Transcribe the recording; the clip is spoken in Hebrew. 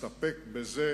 ונסתפק בזה,